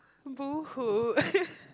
boohoo